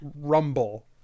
rumble